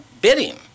bidding